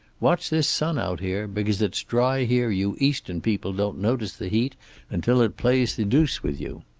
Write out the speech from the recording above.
watch this sun out here. because it's dry here you eastern people don't notice the heat until it plays the deuce with you.